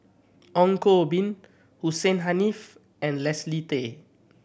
Ong Koh Bee Hussein Haniff and Leslie Tay